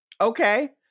Okay